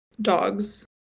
Dogs